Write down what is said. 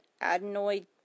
adenoid